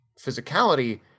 physicality